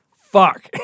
Fuck